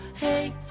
hey